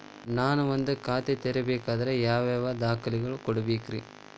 ನಾನ ಒಂದ್ ಖಾತೆ ತೆರಿಬೇಕಾದ್ರೆ ಯಾವ್ಯಾವ ದಾಖಲೆ ಕೊಡ್ಬೇಕ್ರಿ?